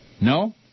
No